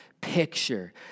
Picture